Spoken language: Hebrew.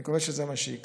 אני מקווה שזה מה שיקרה.